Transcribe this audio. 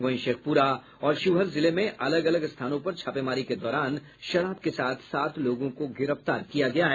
वहीं शेखपुरा और शिवहर जिले में अलग अलग स्थानों पर छापेमारी के दौरान शराब के साथ सात लोगों को गिरफ्तार किया गया है